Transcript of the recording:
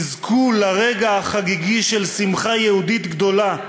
יזכו לרגע החגיגי של שמחה יהודית גדולה,